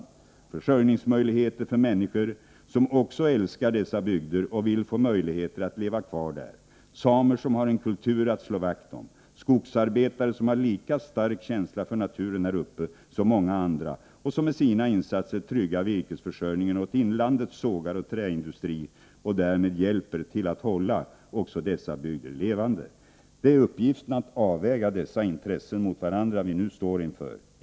Det gäller försörjningsmöjligheter för människor som älskar dessa bygder och vill få möjligheter att leva kvar där: samer som har en kultur att slå vakt om och skogsarbetare som har lika stark känsla för naturen här uppe som många andra och som med sina insatser tryggar yrkesförsörjningen åt inlandets sågar och trädindustri och därmed hjälper till att hålla också dessa bygder levande. Det är uppgiften att avväga dessa intressen mot varandra vi nu står inför.